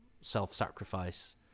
self-sacrifice